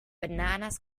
bananas